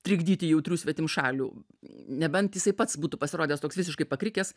trikdyti jautrių svetimšalių nebent jisai pats būtų pasirodęs toks visiškai pakrikęs